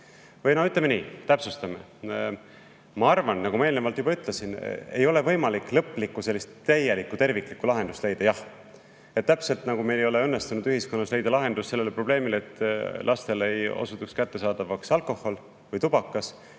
Või ütleme nii, ma täpsustan: ma arvan, nagu ma eelnevalt juba ütlesin, et ei ole võimalik leida lõplikku, täielikku, terviklikku lahendust, jah. Täpselt nagu meil ei ole õnnestunud ühiskonnas leida lahendust probleemile, et lastele ei osutuks kättesaadavaks alkohol või tubakas,